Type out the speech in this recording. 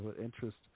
interest